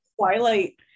Twilight